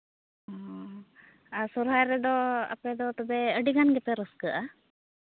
ᱚᱻ ᱟᱨ ᱥᱚᱨᱦᱟᱭ ᱨᱮᱫᱚ ᱟᱯᱮᱫᱚ ᱛᱚᱵᱮ ᱟᱹᱰᱤᱜᱟᱱ ᱜᱮᱯᱮ ᱨᱟᱹᱥᱠᱟᱹᱜᱼᱟ